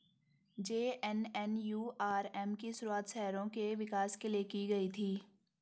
JNNURM की शुरुआत शहरों के विकास के लिए की गई थी